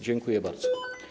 Dziękuję bardzo.